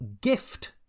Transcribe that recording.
gift